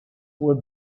were